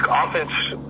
offense